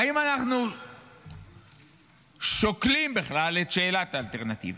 האם אנחנו שוקלים בכלל את שאלת האלטרנטיבה?